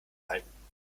halten